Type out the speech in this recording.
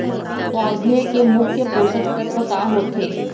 पौधे के मुख्य पोसक तत्व का होथे?